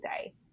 day